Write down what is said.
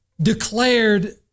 declared